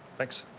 thanks.